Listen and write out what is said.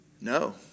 No